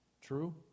True